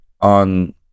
on